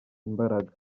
imbaraga